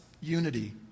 unity